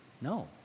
No